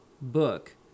book